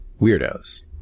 weirdos